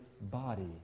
body